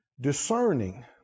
discerning